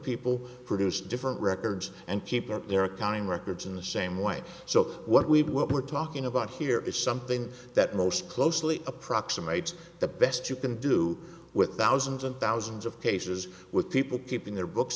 people produce different records and keep their accounting records in the same way so what we've what we're talking about here is something that most closely approximates the best you can do with thousands and thousands of cases with people keeping their books